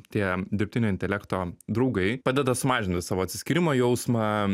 tie dirbtinio intelekto draugai padeda sumažinti savo atsiskyrimo jausmą